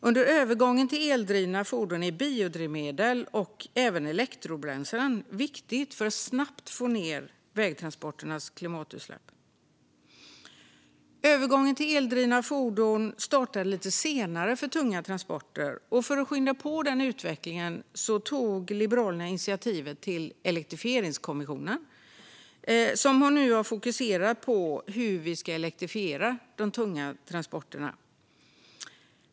Under övergången till eldrivna fordon är biodrivmedel och även elektrobränslen viktiga för att snabbt få ned vägtransporternas klimatutsläpp. Övergången till eldrivna fordon startade lite senare för tunga transporter, och för att skynda på utvecklingen tog Liberalerna initiativ till Elektrifieringskommissionen, som har fokuserat på hur tunga transporter ska elektrifieras.